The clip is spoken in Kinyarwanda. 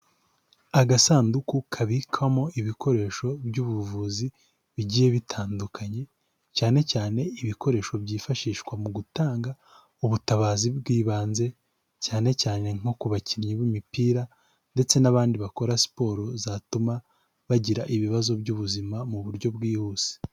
Agasanduku kabikwamo ibikoresho by'ubuvuzi bigiye bitandukanye, cyane cyane ibikoresho byifashishwa mu gutanga ubutabazi bw'ibanze, cyane cyane nko ku bakinnyi b'imipira ndetse n'abandi bakora siporo zatuma bagira ibibazo by'ubuzima mu buryo bwihuse.